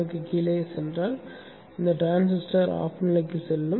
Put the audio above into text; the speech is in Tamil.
7க்குக் கீழே சென்றால் இந்த டிரான்சிஸ்டர் ஆஃப் நிலைக்குச் செல்லும்